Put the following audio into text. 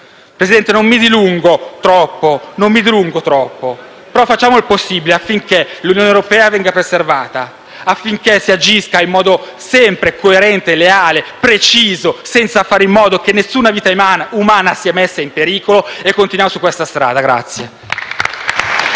Presidente, non mi dilungo troppo, ma facciamo il possibile affinché l'Unione europea venga preservata e si agisca in modo sempre coerente, leale e preciso, facendo in modo che nessuna vita umana sia messa in pericolo. Continuiamo su questa strada, grazie.